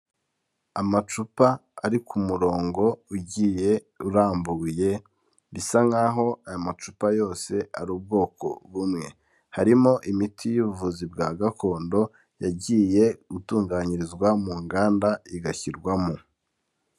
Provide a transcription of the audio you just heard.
Amacupa ari ku murongo ugiye urambuye, bisa nk'aho aya macupa yose ari ubwoko bumwe. Harimo imiti y'ubuvuzi bwa gakondo, yagiye itunganyirizwa mu nganda igashyirwamo.